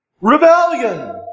Rebellion